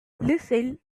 listen